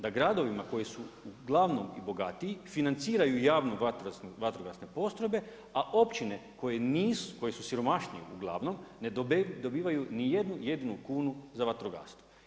Da gradovima koji su uglavnom i bogatiji, financiraju javne vatrogasne postrojbe a općine koje su siromašnije uglavnom, ne dobivaju ni jednu jedinu kunu za vatrogastvo.